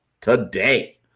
today